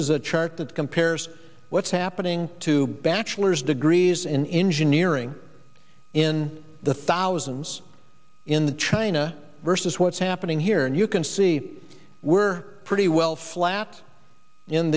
is a chart that compares what's happening to bachelor's degrees in engineering in the thousands in the china versus what's happening here and you can see we're pretty well fla